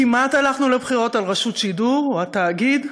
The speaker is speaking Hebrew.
כמעט הלכנו לבחירות על רשות השידור או התאגיד,